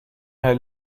her